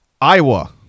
Iowa